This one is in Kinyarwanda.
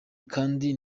kandi